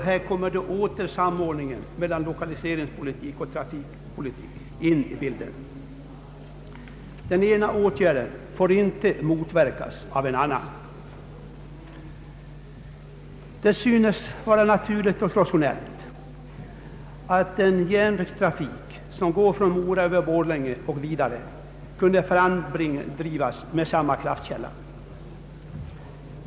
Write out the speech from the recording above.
Här kommer då åter sam ordningen mellan lokaliseringspolitik och trafikpolitik in i bilden. Den ena åtgärden får inte motverka den andra. Det synes vara naturligt och rationellt att den järnvägstrafik som går från Mora över Borlänge och vidare kunde framdrivas med samma kraftkälla.